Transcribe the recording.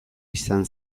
izan